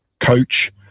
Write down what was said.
coach